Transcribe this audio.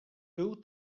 był